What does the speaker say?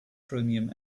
chromium